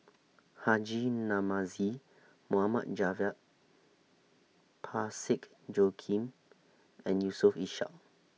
Haji Namazie Mohamed Javad Parsick Joaquim and Yusof Ishak